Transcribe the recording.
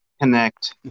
connect